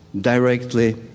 directly